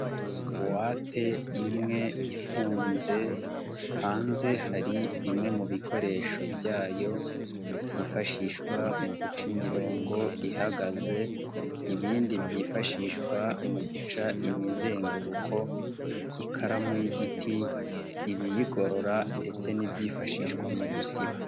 Buwate imwe ifunze hanze hari bimwe mu bikoresho byayo byifashishwa mu guca imirongo ihagaze, ibindi byifashishwa mu guca imizenguruko, ikaramu y'igiti, ibiyigorora ndetse n'ibyifashishwa mu gusiba.